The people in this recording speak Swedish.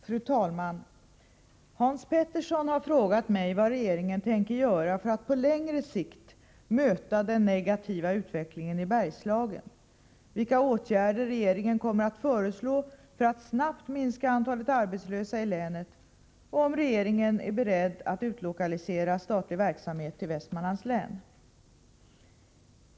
Fru talman! Hans Petersson i Hallstahammar har frågat mig vad regeringen tänker göra för att på längre sikt möta den negativa utvecklingen i Bergslagen, vilka åtgärder regeringen kommer att föreslå för att snabbt minska antalet arbetslösa i länet och om regeringen är beredd att utlokalisera statlig verksamhet till Västmanlands län.